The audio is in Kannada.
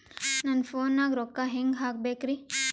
ನನ್ನ ಫೋನ್ ನಾಗ ರೊಕ್ಕ ಹೆಂಗ ಹಾಕ ಬೇಕ್ರಿ?